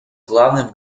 главным